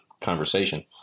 conversation